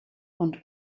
und